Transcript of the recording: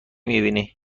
میبینی